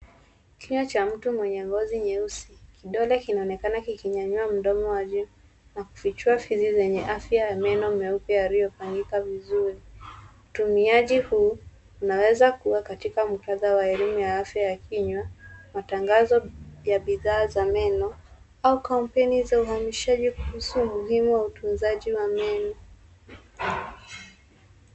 Kinywa Cha mtu mwenye ngozi nyeusi kidole kinonekana, kikinyanyua, mdomo wa juu na kufichua fizi zenye afya ya meno meupe yaliyopangika vizuri. Utumiaji huu unaweza kuwa katika muktadha wa elimu ya afya ya kinywa, Matangazo ya bidhaa za meno au kampeni za uhamishaji kuhusu umuhimu wa utunzaji wa meno.